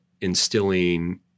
instilling